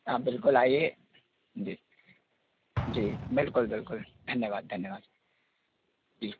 आप बिल्कुल आइए जी जी बिल्कुल बिल्कुल धन्यवाद धन्यवाद जी